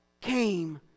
came